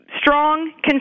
strong